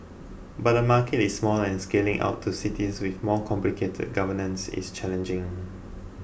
but the market is small and scaling out to cities with more complicated governance is challenging